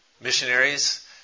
missionaries